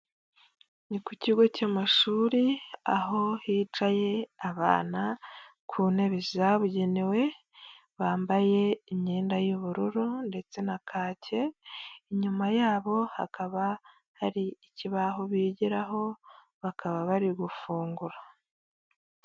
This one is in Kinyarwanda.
Ni ku kigo cy'amashuri, aho hicaye abana ku ntebe zabugenewe, bambaye imyenda y'ubururu ndetse na kake, inyuma yabo hakaba hari ikibaho bigeraho, bakaba bari gufungura.